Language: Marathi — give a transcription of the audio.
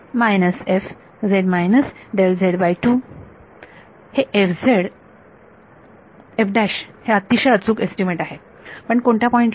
हे हे अतिशय अचूक एस्टिमेट आहे पण कोणत्या पॉईंट ला